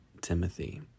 Timothy